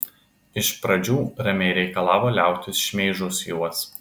iš pradžių ramiai reikalavo liautis šmeižus juos